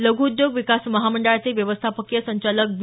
लघ् उद्योग विकास महामंडळाचे व्यवस्थापकीय संचालक बी